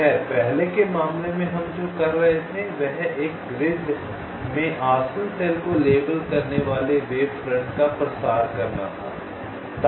खैर पहले के मामले में हम जो कर रहे थे वह एक ग्रिड में आसन्न सेल को लेबल करने वाले तरंग मोर्चों का प्रसार कर रहे थे